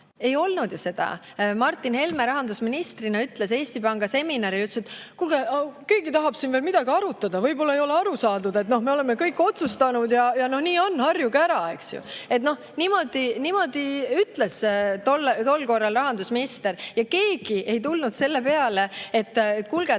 Ei olnud ju seda. Martin Helme ütles rahandusministrina Eesti Panga seminaril: "Kuulge, keegi tahab siin veel midagi arutada. Võib-olla ei ole aru saadud, et me oleme kõik ära otsustanud ja nii on. Harjuge ära!" Niimoodi ütles tol korral rahandusminister. Keegi ei tulnud selle peale, et äkki peaks